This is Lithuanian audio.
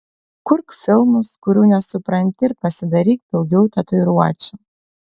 kurk filmus kurių nesupranti ir pasidaryk daugiau tatuiruočių